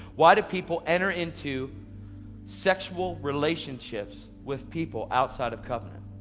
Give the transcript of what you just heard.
why do people enter into sexual relationships with people outside of covenant?